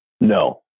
No